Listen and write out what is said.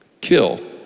kill